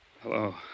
Hello